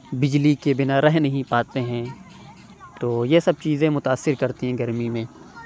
بجلی کے بنا رہ نہیں پاتے ہیں تو یہ سب چیزیں متاثر کرتی ہیں گرمی میں